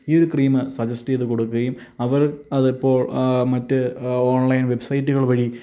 ഈ ഒരു cream suggest ചെയ്തു കൊടുക്കുകയും അവര് അതിപ്പോള് മറ്റ് ഓണ്ലൈന് വെബ്സൈറ്റുകള് വഴി